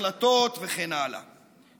החלטות וכן הלאה,